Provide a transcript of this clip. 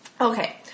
Okay